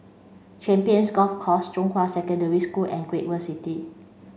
Champions Golf Course Zhonghua Secondary School and Great World City